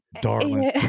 darling